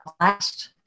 last